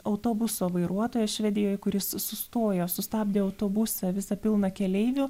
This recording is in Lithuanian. autobuso vairuotojas švedijoj kuris sustojo sustabdė autobusą visą pilną keleivių